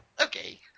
Okay